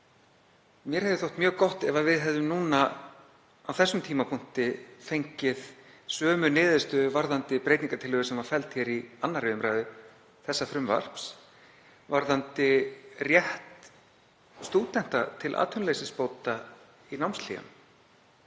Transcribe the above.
Mér hefði þótt mjög gott ef við hefðum núna á þessum tímapunkti fengið sömu niðurstöðu varðandi breytingartillögu sem var felld í 2. umr. þessa frumvarps varðandi rétt stúdenta til atvinnuleysisbóta í námshléum.